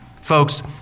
Folks